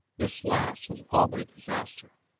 this last was all but a disaster,